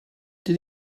did